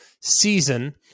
season